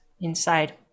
inside